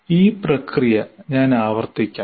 ഈ പ്രക്രിയ ഞാൻ ആവർത്തിക്കാം